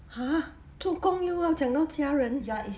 !huh! 做工又要讲到家人